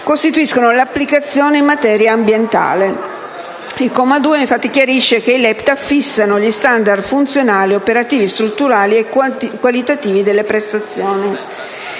costituiscono l'applicazione in materia ambientale. Il comma 2 dell'articolo 9 infatti chiarisce che i LEPTA fissano gli *standard* funzionali, operativi, strutturali e qualitativi delle prestazioni.